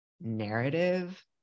narrative